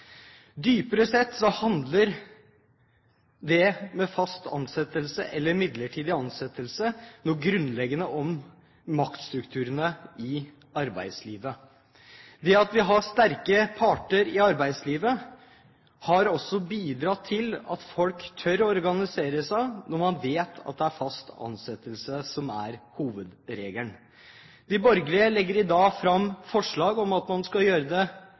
Dypere sett handler det med fast ansettelse eller midlertidig ansettelse grunnleggende om maktstrukturene i arbeidslivet. Det at vi har sterke parter i arbeidslivet, har bidratt til at folk tør å organisere seg, når man vet at det er fast ansettelse som er hovedregelen. De borgerlige legger i dag fram forslag om at man skal gjøre det